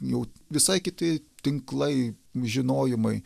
jau visai kiti tinklai žinojimai